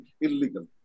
illegal